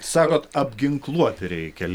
sakot apginkluot reikia